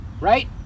Right